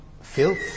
filth